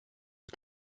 are